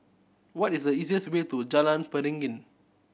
what is the easiest way to Jalan Beringin